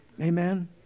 Amen